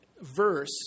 verse